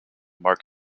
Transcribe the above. marc